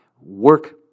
work